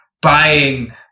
buying